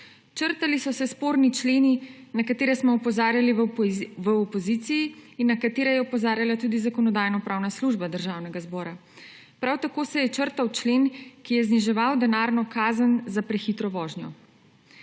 Črtali so se sporni členi, na katere smo opozarjali v opoziciji in na katere je opozarjala tudi Zakonodajno-pravna služba Državnega zbora. Prav tako se je črtal člen, ki je zniževal denarno kazen za prehitro vožnjo.